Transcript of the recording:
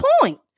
point